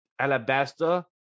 Alabasta